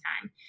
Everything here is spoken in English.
time